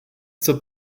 zur